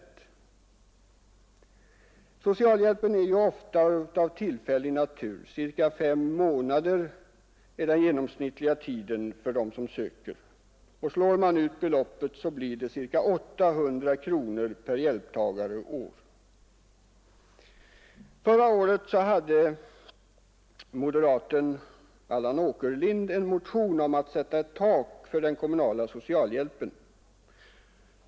Ofta är socialhjälpen av tillfällig natur. Den genomsnittliga hjälptiden för dem som söker sådan hjälp är ungefär fem månader. Slår man ut beloppet blir det ca 800 kronor per hjälptagare och år. Förra året väckte moderaten Allan Åkerlind en motion om att sätta ett tak för den kommunala socialhjälpen.